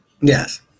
Yes